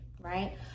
right